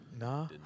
nah